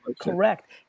Correct